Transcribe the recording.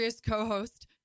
co-host